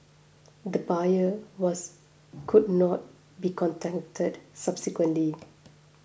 the buyer was could not be contacted subsequently